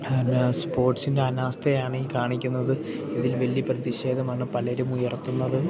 എന്താ സ്പോട്സിൻ്റെ അനാസ്ഥയാണ് ഈ കാണിക്കുന്നത് ഇതിൽ വലിയ പ്രതിഷേധമാണ് പലരും ഉയർത്തുന്നതും